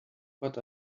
but